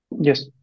Yes